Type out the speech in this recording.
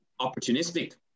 opportunistic